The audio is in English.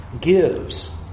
gives